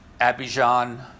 Abidjan